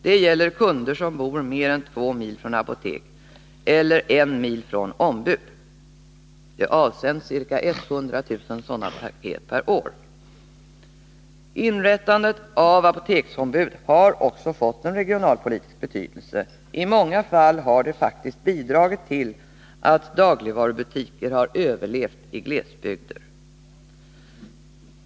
Det gäller kunder som bor mer än två mil "från apotek eller en mil från ombud. Ca 100 000 sådana paket avsänds varje år. Inrättandet av apoteksombud har också fått en regionalpolitisk betydelse. I många fall har det bidragit till att dagligvarubutiker har överlevt i glesbygder.